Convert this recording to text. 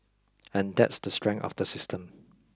and that's the strength of the system